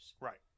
Right